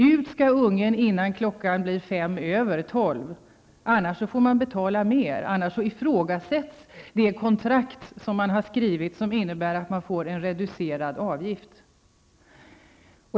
Ungen skall ut innan klockan blir 5 över 12 -- annars ifrågasätts det kontrakt som man har skrivit och som innebär att man får en reducerad avgift.